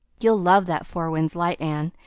you'll love that four winds light, anne.